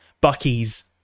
Bucky's